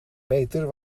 meter